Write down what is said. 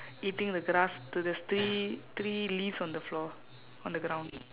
eating the grass so there's three three leaves on the floor on the ground